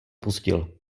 pustil